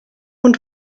und